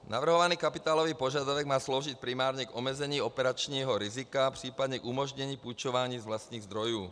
Navrhovaný kapitálový požadavek má sloužit primárně k omezení operačního rizika, případně k umožnění půjčování z vlastních zdrojů.